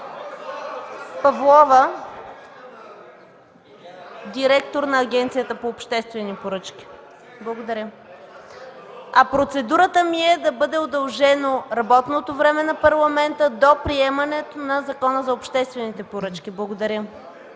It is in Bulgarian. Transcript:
Павлова – директор на Агенцията по обществени поръчки. (Шум и реплики от КБ и ДПС.) Моята процедура е да бъде удължено работното време на Парламента до приемането на Закона за обществените поръчки. Благодаря.